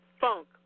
funk